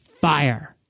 FIRE